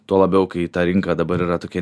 tuo labiau kai ta rinka dabar yra tokia